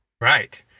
Right